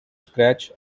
scratch